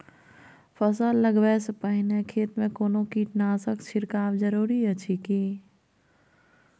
फसल लगबै से पहिने खेत मे कोनो कीटनासक छिरकाव जरूरी अछि की?